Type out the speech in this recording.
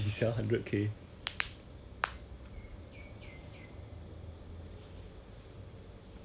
I don't know I really don't know it's just a normal resale H_D_B you know then 他跟我讲他花差不多一百千 on the